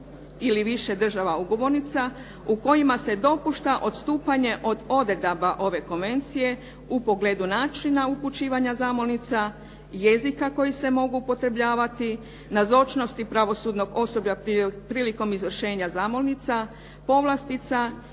ili više država ugovornica u kojima se dopušta odstupanje od odredaba ove konvencije u pogledu načina upućivanja zamolnica, jezika koji se mogu upotrebljavati, nazočnosti pravosudnog osoblja prilikom izvršenja zamolnica, povlastica